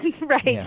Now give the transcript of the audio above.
right